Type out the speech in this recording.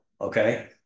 Okay